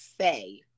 say